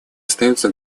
остается